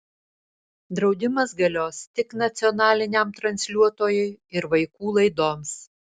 draudimas galios tik nacionaliniam transliuotojui ir vaikų laidoms